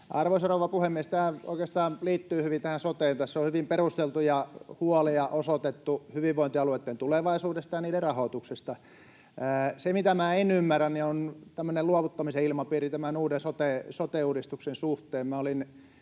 Arvoisa rouva puhemies! Tämä oikeastaan liittyy hyvin tähän soteen. Tässä on hyvin perusteltuja huolia osoitettu hyvinvointialueitten tulevaisuudesta ja niiden rahoituksesta. Se, mitä minä en ymmärrä, on tämmöinen luovuttamisen ilmapiiri tämän uuden sote-uudistuksen suhteen.